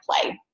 play